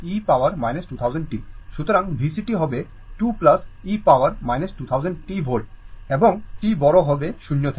সুতরাং VCt হবে 2 e power 2000 t volt এবং t বড় হবে 0 থেকে